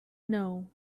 know